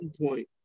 point